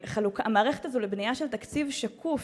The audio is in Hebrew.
והמערכת הזו לבנייה של תקציב שקוף,